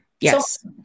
yes